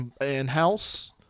in-house